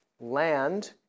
land